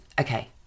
Okay